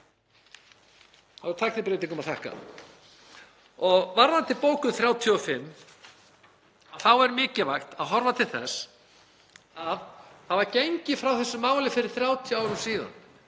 Það var tæknibreytingum að þakka. Og varðandi bókun 35 þá er mikilvægt að horfa til þess að það var gengið frá þessu máli fyrir 30 árum síðan.